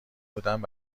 بودند